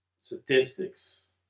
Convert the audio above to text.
Statistics